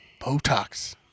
Botox